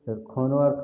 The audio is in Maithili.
एखनो